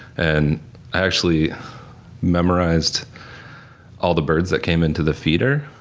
and i actually memorized all the birds that came into the feeder,